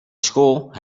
school